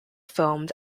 filmed